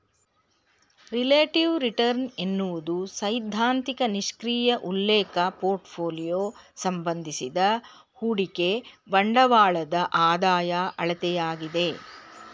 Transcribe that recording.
relative return ಎನ್ನುವುದು ಸೈದ್ಧಾಂತಿಕ ನಿಷ್ಕ್ರಿಯ ಉಲ್ಲೇಖ ಪೋರ್ಟ್ಫೋಲಿಯೋ ಸಂಬಂಧಿಸಿದ ಹೂಡಿಕೆ ಬಂಡವಾಳದ ಆದಾಯ ಅಳತೆಯಾಗಿದೆ